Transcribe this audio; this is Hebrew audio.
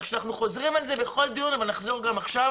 אנחנו חוזרים ואומרים את זה בכל דיון ונחזור ונאמר גם עכשיו.